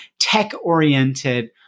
tech-oriented